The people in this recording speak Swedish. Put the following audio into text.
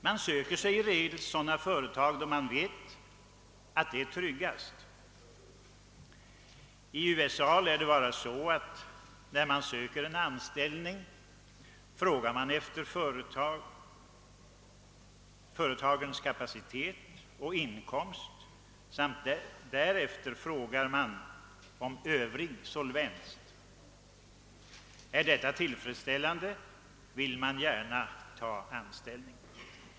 Man söker sig till sådana företag, då man vet att detta är tryggast. I USA lär det vara så att när man söker en anställning frågar man efter företagarens kapacitet och inkomst samt därefter om övrig solvens. Är svaret tillfredsställande vill man gärna ta anställning.